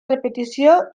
repetició